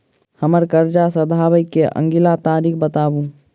हम्मर कर्जा सधाबई केँ अगिला तारीख बताऊ?